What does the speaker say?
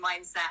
mindset